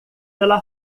pela